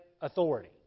authority